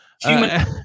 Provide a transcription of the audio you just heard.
human